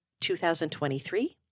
2023